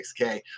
6K